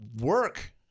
work